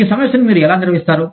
ఈ సమస్యను మీరు ఎలా నిర్వహిస్తారు